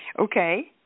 Okay